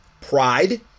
Pride